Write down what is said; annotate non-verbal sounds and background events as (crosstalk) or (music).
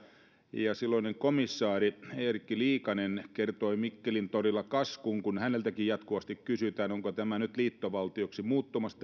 silloinen komissaari erkki liikanen kertoi mikkelin torilla kaskun kun häneltäkin jatkuvasti kysyttiin onko tämä unioni nyt liittovaltioksi muuttumassa (unintelligible)